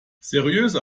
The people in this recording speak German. seriöse